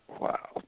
Wow